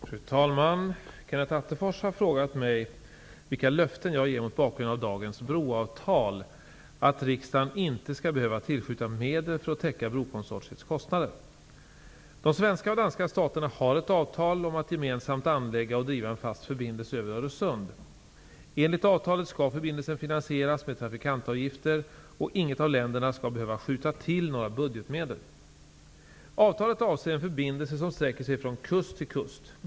Fru talman! Kenneth Attefors har frågat mig vilka löften jag ger, mot bakgrund av dagens broavtal, att riksdagen inte skall behöva tillskjuta medel för att täcka brokonsortiets kostnader. De svenska och danska staterna har ett avtal om att gemensamt anlägga och driva en fast förbindelse över Öresund. Enligt avtalet skall förbindelsen finansieras med trafikantavgifter, och inget av länderna skall behöva skjuta till några budgetmedel. Avtalet avser en förbindelse som sträcker sig från kust till kust.